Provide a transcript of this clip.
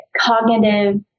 cognitive